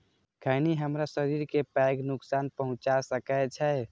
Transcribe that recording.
खैनी हमरा शरीर कें पैघ नुकसान पहुंचा सकै छै